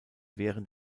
während